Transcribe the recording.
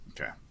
Okay